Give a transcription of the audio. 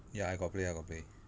ya I got play I got play